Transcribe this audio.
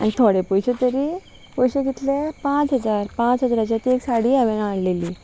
आनी थोडे पयशे तरी पयशे कितले पांच हजार पांच हजाराची ती एक साडी हांवें हाडलेली